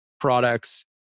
products